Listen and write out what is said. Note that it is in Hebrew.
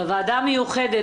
בוועדה המיוחדת